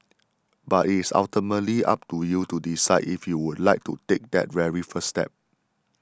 but it is ultimately up to you to decide if you would like to take that very first step